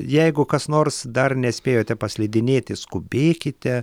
jeigu kas nors dar nespėjote paslidinėti skubėkite